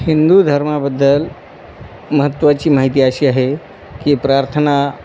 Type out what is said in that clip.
हिंदू धर्माबद्दल महत्त्वाची माहिती अशी आहे की प्रार्थना